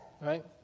Right